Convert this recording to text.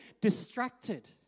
distracted